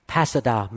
Pasada